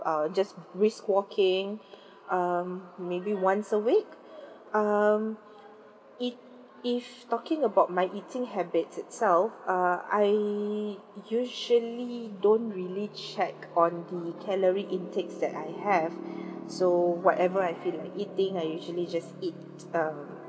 uh just brisk walking um maybe once a week um if if talking about my eating habits itself uh I usually don't really check on the calorie intakes that I have so whatever I feel like eating I usually just eat um